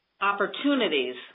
opportunities